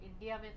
India